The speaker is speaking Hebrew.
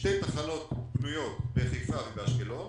שתי תחנות בנויות בחיפה ובאשקלון,